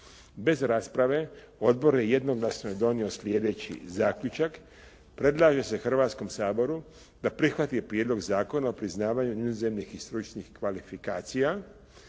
Bez rasprave odbor je jednoglasno donio slijedeći zaključak. Predlaže se Hrvatskom saboru da prihvati Prijedlog zakona o priznavanju inozemnih i stručnih kvalifikacija.